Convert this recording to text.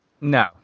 No